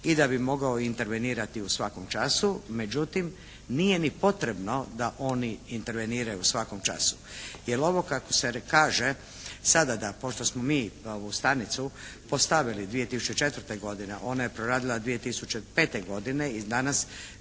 i da bi mogao intervenirati u svakom času, međutim nije ni potrebno da oni interveniraju u svakom času jer ovo kako se kaže sada da pošto smo mi ovu stanicu postavili 2004. godine, ona je proradila 2005. godine i danas